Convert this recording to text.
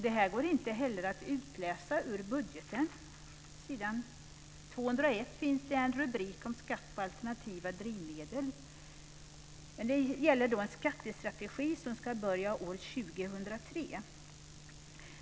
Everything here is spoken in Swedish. Det här går inte heller att utläsa ur budgeten. På s. 201 finns det en rubrik om skatt på alternativa drivmedel, men det gäller en skattestrategi som ska börja år 2003.